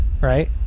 right